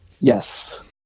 Yes